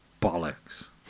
Bollocks